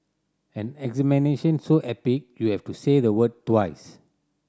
an examination so epic you have to say the word twice